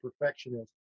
perfectionist